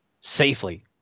safely